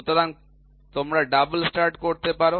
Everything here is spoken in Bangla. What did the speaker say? সুতরাং তোমরা ডাবল স্টার্ট করতে পার